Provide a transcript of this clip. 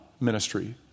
ministry